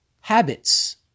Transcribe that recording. habits